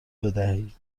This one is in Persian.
بدهید